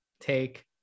take